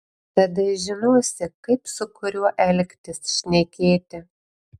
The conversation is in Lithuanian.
tada žinosi kaip su kuriuo elgtis šnekėti